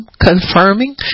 confirming